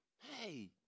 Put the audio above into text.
hey